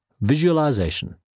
Visualization